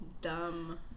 dumb